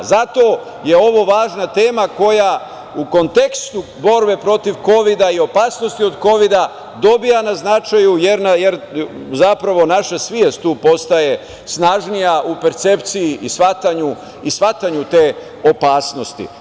Zato je ovo važna tema koja u kontekstu borbe protiv kovida i opasnosti od kovida dobija na značaju, jer zapravo naša svest tu postaje snažnija u percepciji i shvatanju te opasnosti.